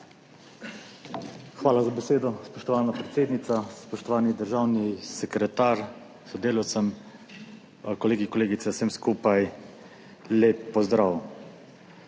Hvala za besedo, spoštovana predsednica. Spoštovani državni sekretar s sodelavcem, kolegi in kolegice, vsem skupaj lep pozdrav.